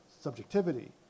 subjectivity